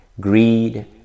greed